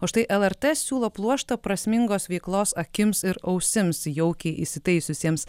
o štai lrt siūlo pluoštą prasmingos veiklos akims ir ausims jaukiai įsitaisiusiems